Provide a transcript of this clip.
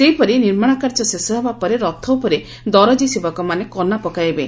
ସେହିପରି ନିର୍ମାଣ କାର୍ଯ୍ୟ ଶେଷ ହେବା ପରେ ରଥ ଉପରେ ଦରଜୀ ସେବକମାନେ କନା ପକାଇବେ